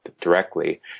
directly